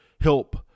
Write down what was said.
help